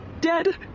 dead